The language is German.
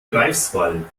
greifswald